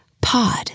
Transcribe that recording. Pod